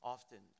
Often